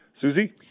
Susie